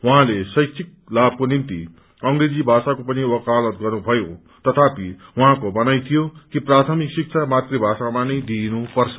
उहाँले शैक्षिक लाभको निम्ति अंप्रेजी भाषाको पनि वकालत गर्नुभयो तथापि उहाँको भनाई थियो कि प्राथमिक शिक्षा मातृभाषामा नै दिइनुपर्छ